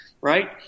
right